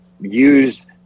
use